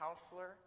counselor